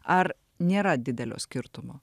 ar nėra didelio skirtumo